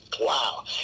Wow